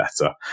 better